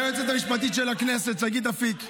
ליועצת המשפטית של הכנסת שגית אפיק,